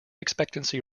expectancy